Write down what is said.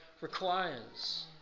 requires